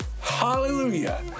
Hallelujah